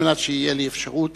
על מנת שתהיה לי אפשרות